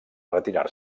retirar